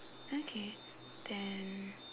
okay then